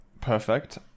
perfect